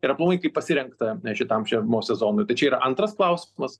ir aplamai kaip pasirengta šitam žiemos sezonui tai čia yra antras klausimas